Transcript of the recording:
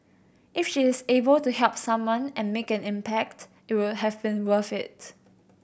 if she is able to help someone and make an impact it would have been worth it